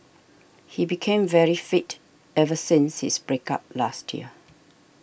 he became very fit ever since his break up last year